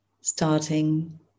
starting